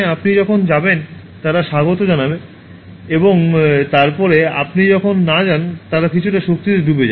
আপনি যখন যাবেন তারা স্বাগত জানায় এবং তারপরে আপনি যখন না যান তারা কিছুটা শক্তিতে ডুবে যায়